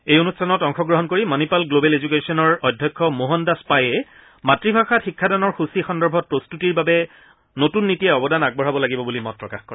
এই অনুষ্ঠানত অংশগ্ৰহণ কৰি মণিপাল গ্লোবেল এডুকেশ্যনৰ অধ্যক্ষ মোহন দাস পায়ে মাতৃভাষাত শিক্ষাদানৰ সূচী সন্দৰ্ভত প্ৰস্তুতিৰ বাবে নতুন নীতিয়ে অৱদান আগবঢ়াব লাগিব বুলি মত প্ৰকাশ কৰে